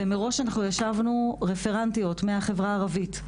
ומראש אנחנו ישבנו רפרנטיות מהחברה הערבית,